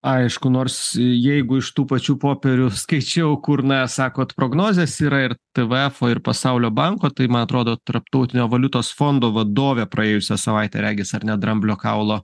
aišku nors jeigu iš tų pačių popierių skaičiau kur na sakot prognozės yra ir tvfo ir pasaulio banko tai man atrodo tarptautinio valiutos fondo vadovė praėjusią savaitę regis ar ne dramblio kaulo